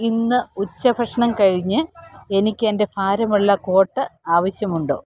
ഇന്ന് ഉച്ചഭക്ഷണം കഴിഞ്ഞ് എനിക്ക് എൻ്റെ ഭാരമുള്ള കോട്ട് ആവശ്യമുണ്ടോ